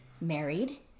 married